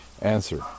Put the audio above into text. answer